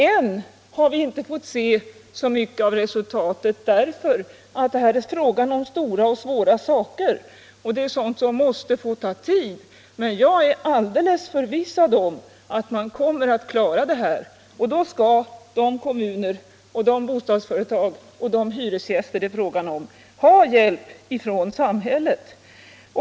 Än har vi inte fått se så mycket av resultatet, eftersom det här är stora och svåra saker och sådant som måste få ta tid. Men jag är alldeles förvissad om att man kommer att klara detta. Och då skall de kommuner, de bostadsföretag och de hyresgäster det är fråga om ha hjälp från samhället.